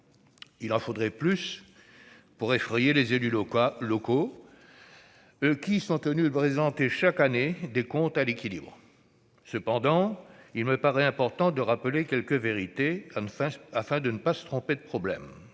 Il en faudrait plus pour effrayer les élus locaux, eux qui sont tenus de présenter, chaque année, des comptes à l'équilibre. Cependant, il me paraît important de rappeler quelques vérités, afin de ne pas se tromper de problème.